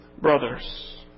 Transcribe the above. brothers